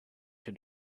had